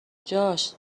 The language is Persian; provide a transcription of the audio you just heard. جاش